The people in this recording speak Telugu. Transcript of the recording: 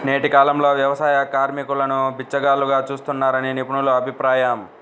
నేటి కాలంలో వ్యవసాయ కార్మికులను బిచ్చగాళ్లుగా చూస్తున్నారని నిపుణుల అభిప్రాయం